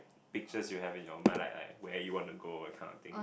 pictures you have in your mind like like where you wanna go that kind of thing